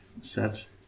set